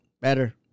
Better